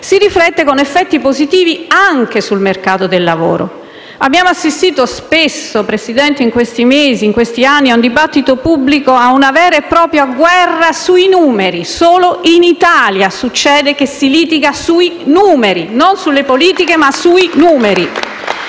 si riflette con effetti positivi anche sul mercato del lavoro. Abbiamo assistito spesso, Presidente, in questi mesi e anni, nel dibattito pubblico, ad una vera e propria guerra sui numeri: solo in Italia succede che si litighi non sulle politiche, ma sui numeri!